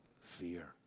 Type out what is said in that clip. fear